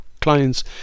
clients